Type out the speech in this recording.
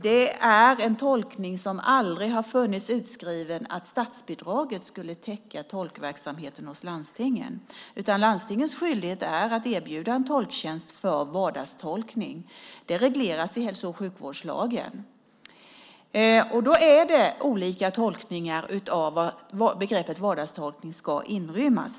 Att statsbidraget skulle täcka tolkverksamheten hos landstingen är en tolkning som aldrig har funnits utskriven, utan landstingens skyldighet är att erbjuda en tolktjänst för vardagstolkning. Detta regleras i hälso och sjukvårdslagen. Det finns dock olika tolkningar av vad begreppet vardagstolkning ska inrymma.